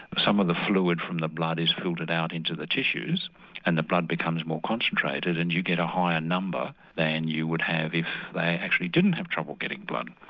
some of the fluid from the blood is filtered out into the tissues and the blood becomes more concentrated and you get a higher number than you would have if they actually didn't have trouble getting blood.